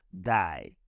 die